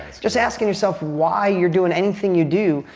just asking yourself why you're doing anything you do.